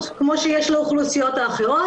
הזדמנות לילדים שלנו כמו שיש לאוכלוסיות האחרות.